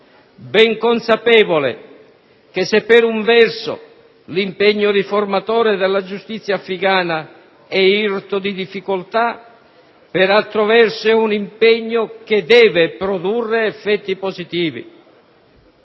ben consapevole che se per un verso l'impegno riformatore della giustizia afghana è irto di difficoltà, per altro verso è un impegno che deve produrre effetti positivi.